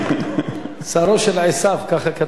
שרו של עשיו, ככה כתוב.